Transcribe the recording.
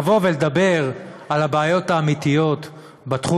לבוא ולדבר על הבעיות האמיתיות בתחום